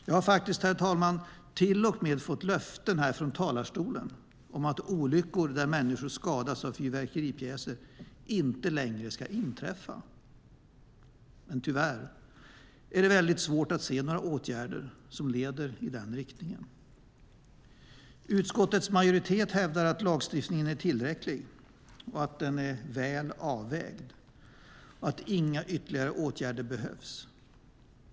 Jag har, herr talman, till och med fått löften här från talarstolen om att olyckor där människor skadas av fyrverkeripjäser inte längre ska inträffa. Men tyvärr är det väldigt svårt att se några åtgärder som leder i den riktningen. Utskottets majoritet hävdar att lagstiftningen är tillräcklig, att den är väl avvägd och att inga ytterligare åtgärder behövs.